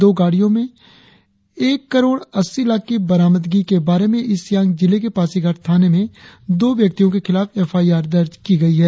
दो गाड़ियों से एक करोड़ अस्सी लाख की बरामदी के बारे में ईस्य सियांग जिले के पासीघाट थाने में दो व्यक्तियों के खिलाफ एफआईआर दर्ज की गई है